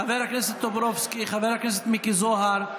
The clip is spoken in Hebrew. חבר הכנסת טופרובסקי, חבר הכנסת מיקי זוהר,